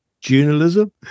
journalism